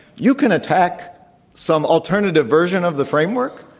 you can attack some alternative version of the framework,